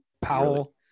Powell